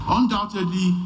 Undoubtedly